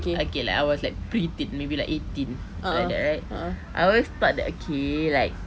okay like I was like pre-teen maybe like eighteen like that right I always thought that okay like